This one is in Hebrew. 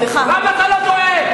למה אתה לא דואג?